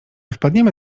wpadniemy